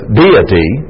deity